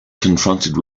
confronted